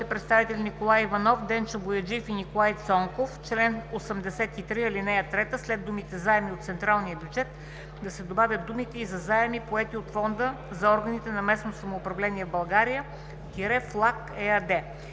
представители Николай Иванов, Денчо Бояджиев, Николай Цонков: „В чл. 83 ал. 3, след думите „заеми от централния бюджет“, да се добавят думите „и за заеми, поети от Фонда за органите на местното самоуправление в България – ФЛАГ ЕАД“.